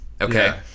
okay